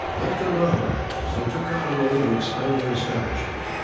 like the maharajs, they took out a loan to expand their establishment.